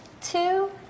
two